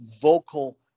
vocal